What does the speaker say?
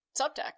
subtext